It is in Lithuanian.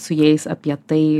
su jais apie tai